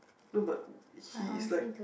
no but he is like